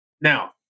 Now